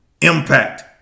impact